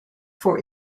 for